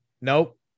nope